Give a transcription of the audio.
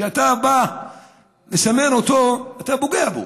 כשאתה בא לסמן אותו, אתה פוגע בו,